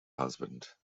husband